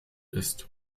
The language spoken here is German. ist